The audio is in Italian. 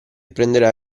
prenderà